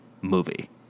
movie